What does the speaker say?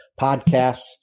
podcasts